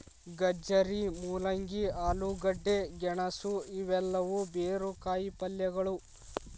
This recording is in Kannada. ಗಜ್ಜರಿ, ಮೂಲಂಗಿ, ಆಲೂಗಡ್ಡೆ, ಗೆಣಸು ಇವೆಲ್ಲವೂ ಬೇರು ಕಾಯಿಪಲ್ಯಗಳು